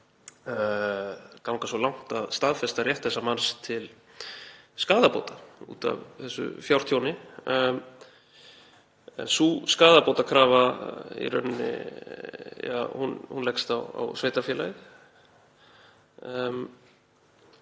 ganga svo langt að staðfesta rétt þessa manns til skaðabóta út af þessu fjártjóni. En sú skaðabótakrafa leggst í rauninni á sveitarfélagið.